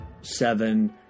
Seven